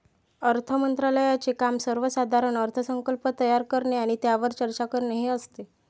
अर्थ मंत्रालयाचे काम सर्वसाधारण अर्थसंकल्प तयार करणे आणि त्यावर चर्चा करणे हे असते